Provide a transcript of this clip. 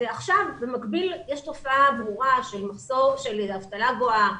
ועכשיו, במקביל, יש תופעה ברורה של אבטלה גואה.